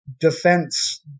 defense